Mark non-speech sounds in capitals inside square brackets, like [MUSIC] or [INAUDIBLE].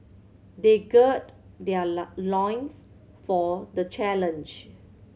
they gird their [UNINTELLIGIBLE] loins for the challenge